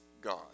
God